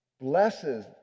blesses